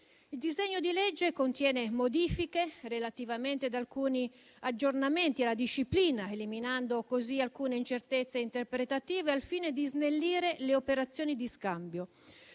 Il disegno di legge contiene modifiche relativamente ad alcuni aggiornamenti alla disciplina, eliminando così alcune incertezze interpretative, al fine di snellire le operazioni di scambio,